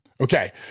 Okay